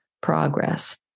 progress